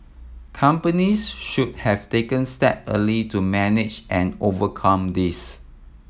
companies should have taken step early to manage and overcome this